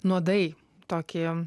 nuodai tokį